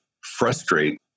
frustrate